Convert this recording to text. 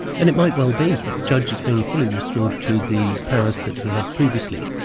and it might well be that the judge has being fully restored to the powers that he had previously,